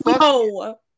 No